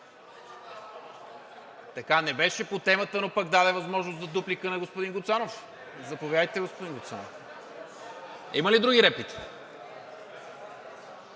Така, не беше по темата, но пък даде възможност за дуплика на господин Гуцанов. Заповядайте, господин Гуцанов. Има ли други реплики?